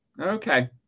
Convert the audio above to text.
Okay